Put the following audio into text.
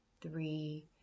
three